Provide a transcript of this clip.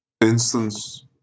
instance